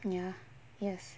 ya yes